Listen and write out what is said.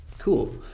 Cool